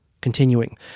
Continuing